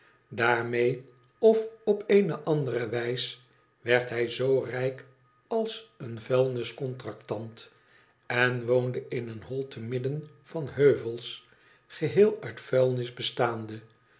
daarmee of op eene andere wijs werd hij zoo rijk als een vuilniscontractant en woonde in een hol te midden van heuvels geheel uit vuilnis bestaande